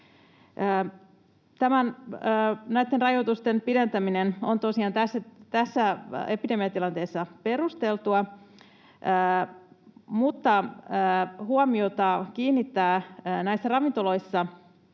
Näitten rajoitusten pidentäminen on tosiaan tässä epidemiatilanteessa perusteltua, mutta huomiota kiinnittää ravintoloissa